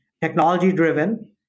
technology-driven